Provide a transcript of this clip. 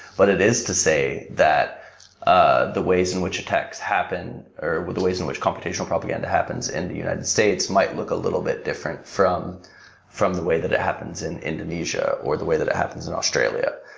but it is to say that ah the ways in which attacks happen, or with the way in which computational propaganda happens in the united states might look a little bit different from from the way that it happens in indonesia, or the way that it happens in australia.